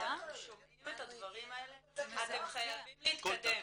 אנחנו שומעים את הדברים האלה, אתם חייבים להתקדם,